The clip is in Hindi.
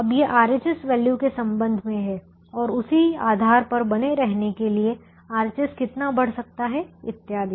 अब ये RHS वैल्यू के संबंध में हैं और उसी आधार पर बने रहने के लिए RHS कितना बढ़ सकता है इत्यादि